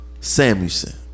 Samuelson